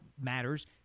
matters